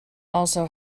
also